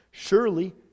Surely